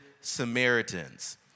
Samaritans